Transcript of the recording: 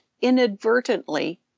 inadvertently